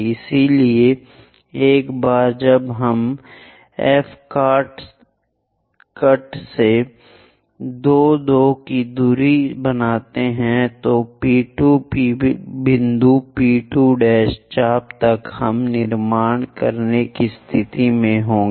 इसलिए एक बार जब हम F कट से 2 2 की दूरी बनाते हैं तो P 2 बिंदु P 2 चाप तक हम निर्माण करने की स्थिति में होंगे